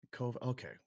Okay